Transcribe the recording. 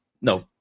no